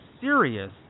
serious